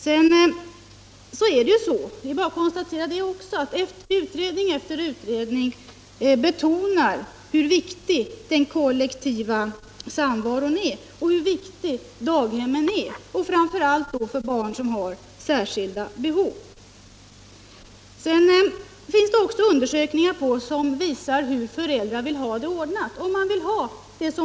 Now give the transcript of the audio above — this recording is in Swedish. Det är också bara att konstatera att utredning efter utredning betonar hur viktig den kollektiva samvaron på daghemmen är, framför allt för barn som har särskilda behov. Det finns också undersökningar som visar hur föräldrar vill ha barntillsynen ordnad.